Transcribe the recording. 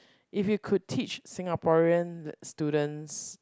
if you could teach Singaporean students